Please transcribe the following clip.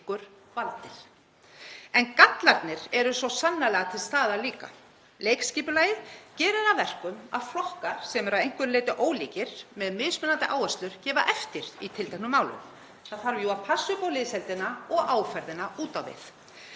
En gallarnir eru svo sannarlega líka til staðar. Leikskipulagið gerir það að verkum að flokkar sem eru að einhverju leyti ólíkir með mismunandi áherslur gefa eftir í tilteknum málum. Það þarf jú að passa upp á liðsheildina og áferðina út á við.